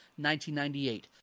1998